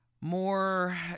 More